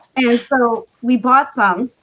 and so we bought some